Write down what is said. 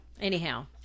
anyhow